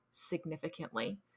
significantly